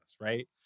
right